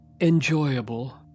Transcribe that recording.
enjoyable